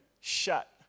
shut